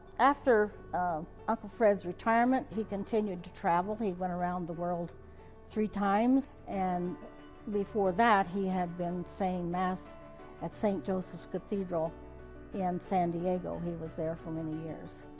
after uncle fred's retirement he continued to travel. he went around the world three times. and before that he had been saying mass at st. joseph's cathedral in san diego. he was there for many years.